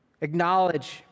Acknowledge